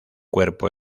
cuerpo